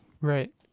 Right